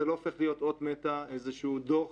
לא הופך להיות אות מתה או איזשהו דוח